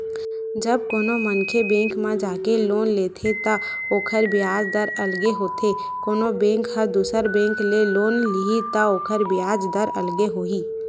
जब कोनो मनखे बेंक म जाके लोन लेथे त ओखर बियाज दर अलगे होथे कोनो बेंक ह दुसर बेंक ले लोन लिही त ओखर बियाज दर अलगे होही